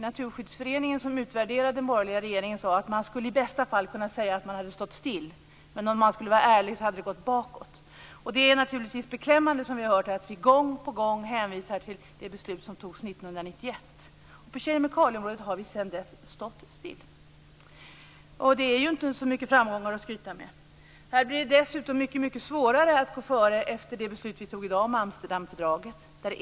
Naturskyddsföreningen, som utvärderade den borgerliga regeringens miljöpolitik, sade att man i bästa fall kunde säga att det hade stått stilla, men om man skulle vara ärlig hade det gått bakåt. Det är naturligtvis beklämmande att vi gång på gång hänvisas till det beslut som fattades 1991. Efter det har det stått stilla på kemikalieområdet. Det finns inte så många framgångar att skryta med. Dessutom blir det mycket svårare att gå före efter det beslut som vi fattade i dag om Amsterdamfördraget.